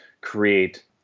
create